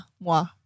Moi